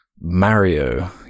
Mario